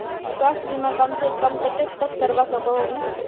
स्वास्थ्य बीमा कम से कम कतेक तक करवा सकोहो ही?